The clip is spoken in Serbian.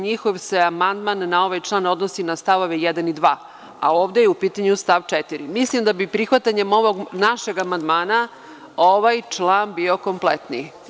Njihov amandman se na ovaj član odnosi na stavove 1. i 2. a ovde je u pitanju stav 4. Mislim da bi prihvatanjem ovog našeg amandmana ovaj član bio kompletniji.